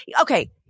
okay